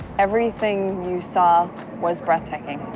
everything you saw was breathtaking.